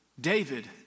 David